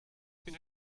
been